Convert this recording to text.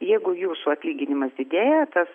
jeigu jūsų atlyginimas didėja tas